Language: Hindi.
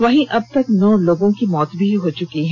वहीं अबतक नौ लोगों की मौत हो चुकी है